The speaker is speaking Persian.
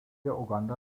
اوگاندا